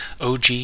OG